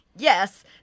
Yes